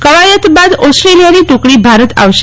કવાયત બાદ ઓસ્ટ્રેલિયાની ટુકડી ભારત આવશે